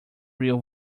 real